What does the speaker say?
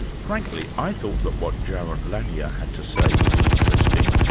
frankly, i thought that what jaron lanier had to say was interesting,